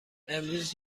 امروز